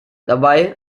dabei